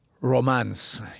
romance